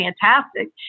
fantastic